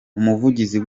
umuvugizi